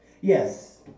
Yes